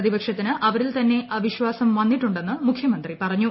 പ്രതിപക്ഷത്തിന് അവരിൽ തന്നെ അവിശ്വാസം വന്നിട്ടുണ്ടെന്ന് മുഖ്യമന്ത്രി പറഞ്ഞു